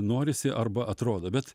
norisi arba atrodo bet